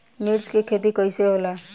मिर्च के खेती कईसे होला?